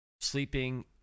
sleeping